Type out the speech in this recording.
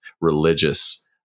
religious